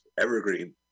Evergreen